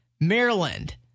Maryland